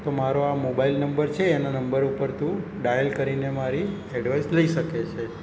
તો મારો આ મોબાઈલ નંબર છે એના નંબર ઉપર તું ડાયલ કરીને મારી એડવાઇસ લઈ શકે છે